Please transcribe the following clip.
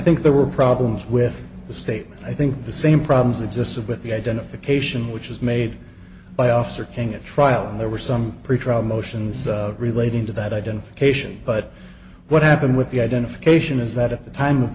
think there were problems with the statement i think the same problems existed with the identification which is made by officer king at trial there were some pretrial motions relating to that identification but what happened with the identification is that at the time of